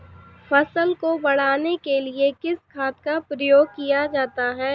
फसल को बढ़ाने के लिए किस खाद का प्रयोग किया जाता है?